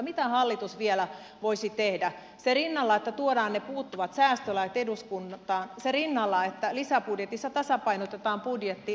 mitä hallitus vielä voisi tehdä sen rinnalla että tuodaan puuttuvat säästölait eduskuntaan sen rinnalla että lisäbudjetissa tasapainotetaan budjetti